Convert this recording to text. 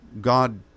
god